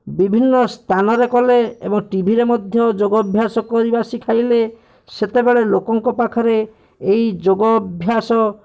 ବିଭିନ୍ନ ସ୍ଥାନରେ କଲେ ଏବଂ ଟିଭିରେ ମଧ୍ୟ ଯୋଗ ଅଭ୍ୟାସ କରିବା ଶିଖାଇଲେ ସେତେବେଳେ ଲୋକଙ୍କ ପାଖରେ ଏହି ଯୋଗ ଅଭ୍ୟାସ